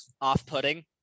off-putting